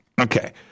Okay